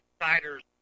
insiders